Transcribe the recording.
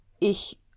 ich